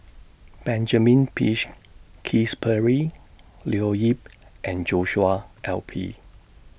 Benjamin Peach Keasberry Leo Yip and Joshua L P